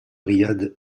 riyad